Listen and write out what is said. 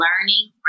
learning